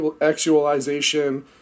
actualization